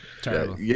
Terrible